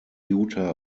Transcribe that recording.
utah